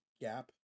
gap